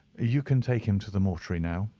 you can take him to the mortuary now,